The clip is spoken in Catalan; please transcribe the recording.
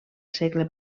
segle